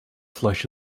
flesh